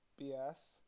BS